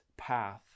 Path